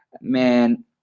Man